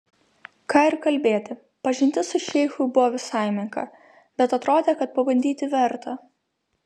ką ir kalbėti pažintis su šeichu buvo visai menka bet atrodė kad pabandyti verta